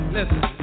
Listen